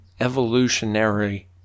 evolutionary